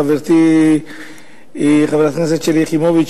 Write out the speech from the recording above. חברתי חברת הכנסת שלי יחימוביץ,